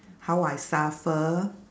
how I suffer